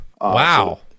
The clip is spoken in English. Wow